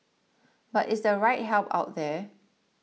but is their right help out there